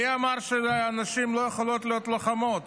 מי אמר שנשים לא יכולות להיות לוחמות?